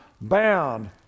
bound